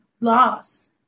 loss